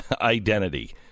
identity